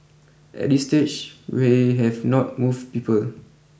at this stage we have not moved people